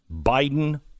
biden